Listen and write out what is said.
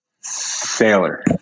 Sailor